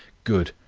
good,